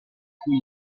cui